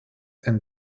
and